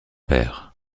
père